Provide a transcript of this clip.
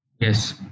Yes